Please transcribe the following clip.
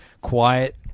quiet